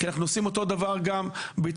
כי אנחנו עושים אותו דבר גם בהתחדשות